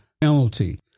penalty